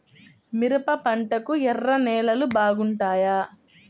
మిరప పంటకు ఎర్ర నేలలు బాగుంటాయా?